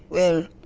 well,